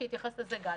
התייחס לזה גדי.